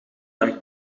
dag